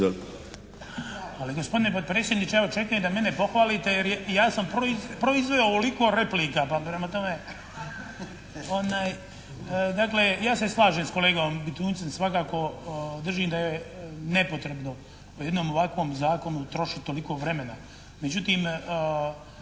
Ali gospodine potpredsjedniče evo očekujem da i mene pohvalite jer i ja sam proizveo ovoliko replika pa prema tome. Dakle ja se slažem sa kolegom Bitunjcem. Svakako držim da je nepotrebno o jednom ovakvom zakonu trošiti toliko vremena.